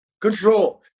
control